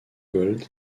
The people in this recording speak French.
gold